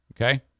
Okay